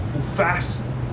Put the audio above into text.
fast